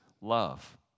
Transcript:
love